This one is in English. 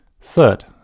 Third